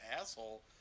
asshole